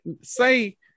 say